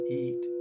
eat